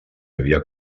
havia